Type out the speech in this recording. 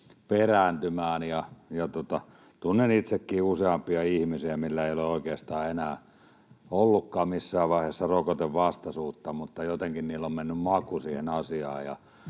perääntymään. Tunnen itsekin useampia ihmisiä, joilla ei ole oikeastaan ollutkaan missään vaiheessa rokotevastaisuutta, mutta jotenkin heillä on mennyt maku siihen asiaan,